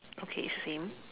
okay same